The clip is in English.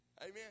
Amen